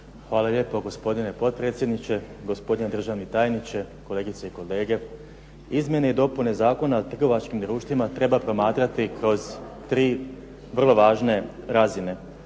Hvala lijepo gospodine potpredsjedniče. Gospodine državni tajniče, kolegice i kolege. Izmjene i dopune Zakona o trgovačkim društvima treba promatrati kroz tri vrlo važne razine.